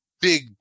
big